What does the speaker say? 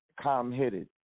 calm-headed